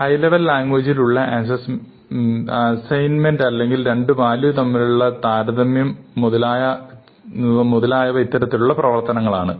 high level ലാംഗ്വേജിൽ ഉള്ള assignment അല്ലെങ്കിൽ രണ്ടു വാല്യു തമ്മിലുള്ള താരതമ്യം മുതലായ ഇത്തരത്തിലുള്ള പ്രവർത്തനങ്ങളാണ്